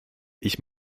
ich